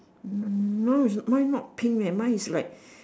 no mine not pink eh mine is like